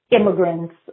immigrants